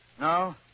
No